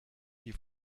die